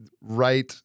right